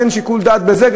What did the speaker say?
אם אין שיקול דעת בזה,